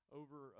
over